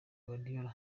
guardiola